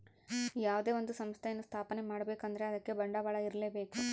ಯಾವುದೇ ಒಂದು ಸಂಸ್ಥೆಯನ್ನು ಸ್ಥಾಪನೆ ಮಾಡ್ಬೇಕು ಅಂದ್ರೆ ಅದಕ್ಕೆ ಬಂಡವಾಳ ಇರ್ಲೇಬೇಕು